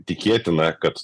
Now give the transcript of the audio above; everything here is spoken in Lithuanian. tikėtina kad